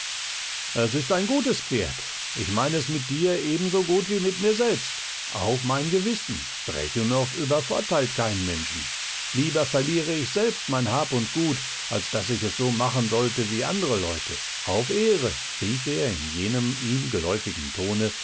es ist ein gutes pferd ich meine es mit dir ebenso gut wie mit mir selbst auf mein gewissen brechunow übervorteilt keinen menschen lieber verliere ich selbst mein hab und gut als daß ich es so machen sollte wie andere leute auf ehre rief er in jenem ihm geläufigen tone